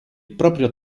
proprio